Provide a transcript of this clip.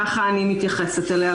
כך אני מתייחסת אליה.